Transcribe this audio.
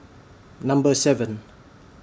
Number seven